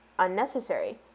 unnecessary